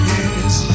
Yes